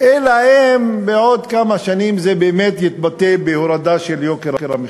אלא אם בעוד כמה שנים זה באמת יתבטא בהורדה של יוקר המחיה.